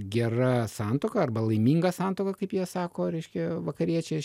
gera santuoka arba laiminga santuoka kaip jie sako reiškia vakariečiai